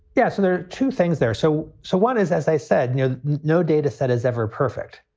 yeah so there are two things there. so. so one is, as i said, no no data set is ever perfect.